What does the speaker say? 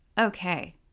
Okay